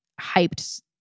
hyped